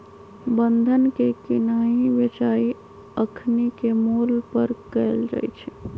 बन्धन के किनाइ बेचाई अखनीके मोल पर कएल जाइ छइ